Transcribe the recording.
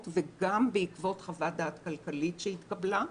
וגם בעקבות חוות דעת כלכלית שהתקבלה,